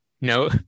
no